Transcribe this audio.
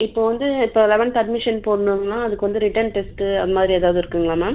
இப்போ வந்து இப்போ லெவன்த் அட்மிஷன் போடணும்னா அதுக்கு வந்து ரிட்டன் டெஸ்ட்டு அது மாதிரி ஏதாவது இருக்குதுங்களா மேம்